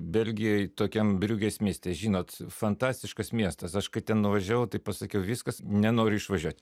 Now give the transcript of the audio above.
belgijoj tokiam briugės mieste žinot fantastiškas miestas aš kai ten nuvažiavau tai pasakiau viskas nenoriu išvažiuot